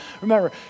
remember